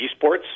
eSports